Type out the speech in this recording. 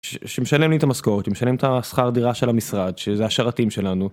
שמשלם לי את המשכורת, משלם את השכר דירה של המשרד, שזה השרתים שלנו.